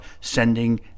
sending